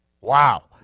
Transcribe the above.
Wow